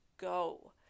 go